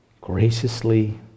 graciously